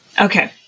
Okay